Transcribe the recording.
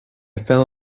fell